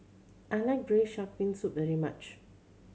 I like Braised Shark Fin Soup very much